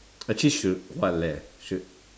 actually should what leh should